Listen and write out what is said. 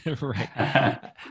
right